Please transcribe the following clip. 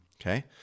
Okay